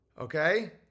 Okay